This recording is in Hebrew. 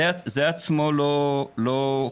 את זה לא חוסמים,